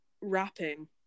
rapping